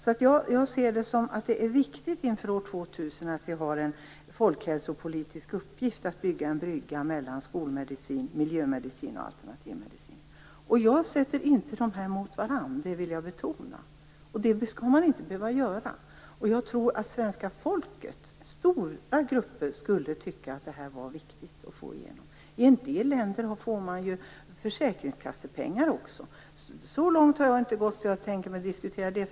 Jag anser att vi inför år 2000 har en viktig folkhälsopolitisk uppgift att bygga en brygga mellan skolmedicin, miljömedicin och alternativmedicin. Jag ställer inte dessa mot varandra, det vill jag betona. Det skall man inte behöva göra. Jag tror att stora grupper i det svenska folket skulle tycka att det vore viktigt att få igenom det här. I en del länder får man ju också försäkringskassepengar. Så långt har jag inte gått att jag tänker mig att diskutera det.